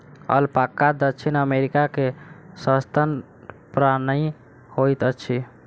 alpaca दक्षिण America के सस्तन प्राणी होइत अछि